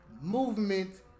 movement